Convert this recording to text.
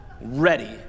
Ready